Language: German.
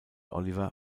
oliver